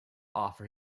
offer